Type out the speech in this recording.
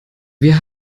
wir